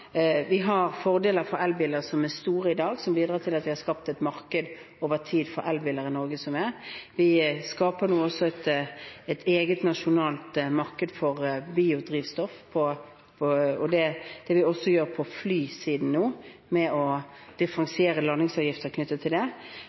i dag store fordeler fra elbiler, som har bidratt til at vi har skapt et marked over tid for elbiler i Norge. Vi skaper nå også et eget nasjonalt marked for biodrivstoff, og på flysiden differensierer vi landingsavgiften knyttet til det. Så er vi